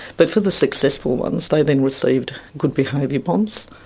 but for the successful ones, they then received good behaviour bonds.